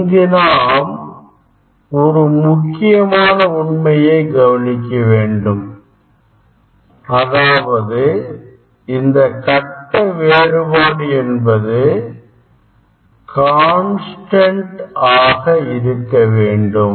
இங்கு நாம் ஒரு முக்கியமான உண்மையை கவனிக்கவேண்டும் அதாவது இந்த கட்ட வேறுபாடு என்பது கான்ஸ்டன்ட் ஆக இருக்கவேண்டும்